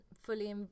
fully